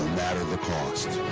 matter the cost